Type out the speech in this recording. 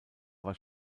war